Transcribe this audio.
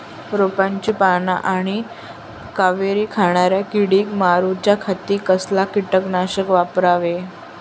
रोपाची पाना आनी कोवरी खाणाऱ्या किडीक मारूच्या खाती कसला किटकनाशक वापरावे?